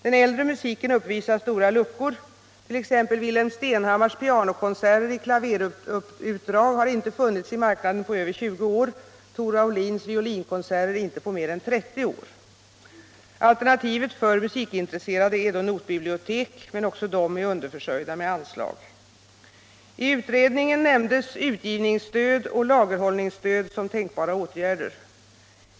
Den äldre musiken uppvisar stora luckor — t.ex. har Wilhelm Stenhammars pianokonserter i klaverutdrag inte funnits i marknaden på över tjugo år, Tor Aulins violinkonserter inte på mer än trettio år. Alternativet för musikintresserade är då notbibliotek. Men också de är underförsörjda med anslag. I utredningen nämndes utgivningsstöd och lagerhållningsstöd som tänkbara åtgärder.